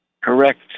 correct